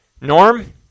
Norm